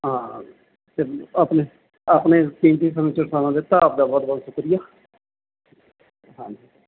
ਹਾਂ ਆਪਣੇ ਆਪਣੇ ਕੀਮਤੀ ਸਮੇਂ 'ਚੋਂ ਸਮਾਂ ਦਿੱਤਾ ਆਪਦਾ ਬਹੁਤ ਬਹੁਤ ਸ਼ੁਕਰੀਆ ਹਾਂਜੀ